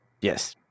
Yes